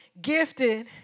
gifted